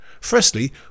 Firstly